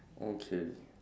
okay